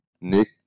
Nick